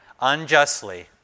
unjustly